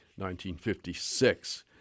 1956